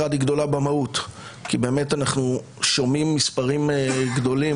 המשימה הזו גדולה במהות כי אנחנו שומעים מספרים גדולים,